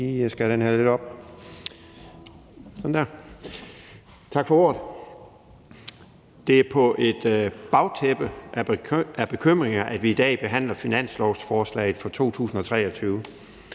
Henrik Frandsen (M): Tak for ordet. Det er på et bagtæppe af bekymringer, at vi i dag behandler finanslovsforslaget for 2023.